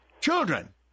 Children